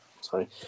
sorry